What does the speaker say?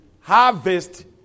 harvest